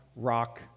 rock